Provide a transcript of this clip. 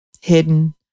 hidden